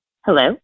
Hello